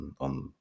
on